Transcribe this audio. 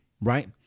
right